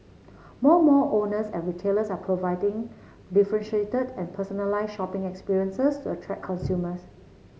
more mall owners and retailers are providing differentiated and personalised shopping experiences to attract consumers